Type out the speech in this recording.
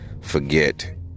forget